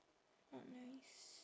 not nice